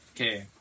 Okay